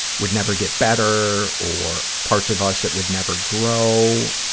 would never get better or parts of us that would never grow,